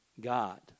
God